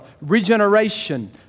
regeneration